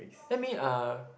let me uh